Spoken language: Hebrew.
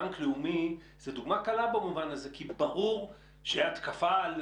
מקרה בנק לאומי זו דוגמה קלה כי ברור שהתקפה על